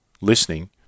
listening